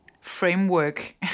framework